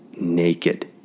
naked